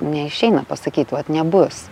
neišeina pasakyt vat nebus